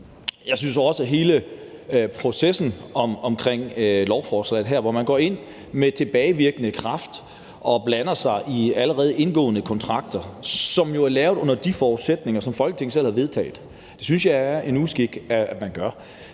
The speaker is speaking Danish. en uskik, at man i hele processen omkring lovforslaget her går ind med tilbagevirkende kraft og blander sig i allerede indgåede kontrakter, som jo er lavet under de forudsætninger, som Folketinget selv har vedtaget. Det er fuldstændig rimeligt,